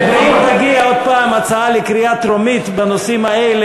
אם תגיע עוד פעם הצעה לקריאה טרומית בנושאים האלה,